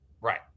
Right